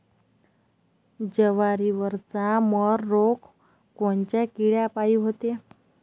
जवारीवरचा मर रोग कोनच्या किड्यापायी होते?